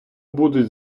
будуть